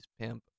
pimp